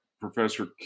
Professor